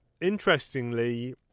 interestingly